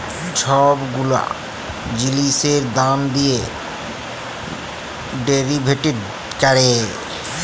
ছব গুলা জিলিসের দাম দিঁয়ে ডেরিভেটিভ ক্যরে